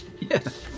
Yes